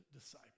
disciple